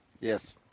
Yes